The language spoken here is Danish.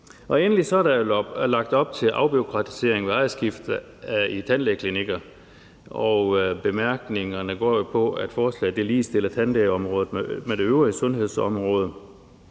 Endelig er der lagt op til afbureaukratisering ved ejerskifte i tandlægeklinikker. Bemærkningerne går på, at forslaget ligestiller tandlægeområdet med det øvrige sundhedsområde,